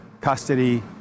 custody